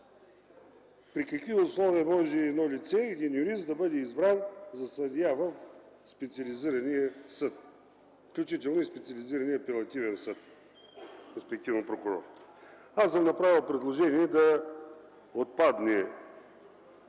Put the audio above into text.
при какви условия може едно лице, един юрист, да бъде избран за съдия в специализирания съд, включително и специализирания апелативен съд, респективно прокурор. Аз съм направил предложение да отпадне